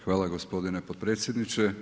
Hvala gospodine potpredsjedniče.